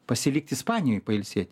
pasilikti ispanijoj pailsėti